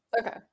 Okay